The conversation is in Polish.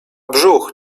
brzuch